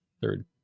Third